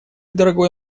дорогой